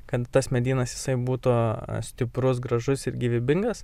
kad tas medynas jisai būtų stiprus gražus ir gyvybingas